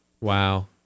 Wow